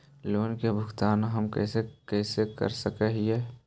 Loan के भुगतान हम कैसे कैसे कर सक हिय?